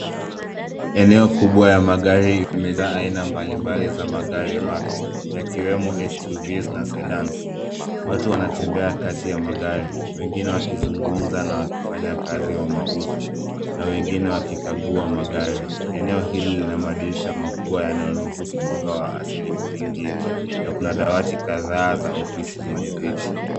Eneo kubwa ya magari imejaa aina mbalimbali za magari mapya yakiwemo sqv's na sedans. Watu wanatembea kati ya magari. Wengine wakizungumza na wakifanya kazi wa mauzo. Na wengine wakikagua magari. Eneo hili lina madirisha makubwa yanayoruhusu mwanga wa asili kuingia. Na kuna dawati kadhaa za ofisi zenye viti.